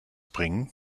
bringen